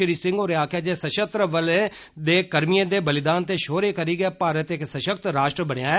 श्री सिंह होरें आक्खेआ सशस्त्र बलें दे कर्मियें दे बलिदान ते शौर्य करी भारत इक्क सशक्त राष्ट्र बनाया ऐ